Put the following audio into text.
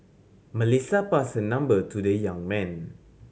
Melissa passed her number to the young man